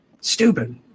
Stupid